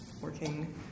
Working